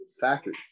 factory